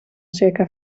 circa